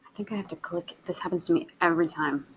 to click. this happens to me every time.